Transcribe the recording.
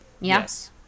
Yes